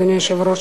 אדוני היושב-ראש,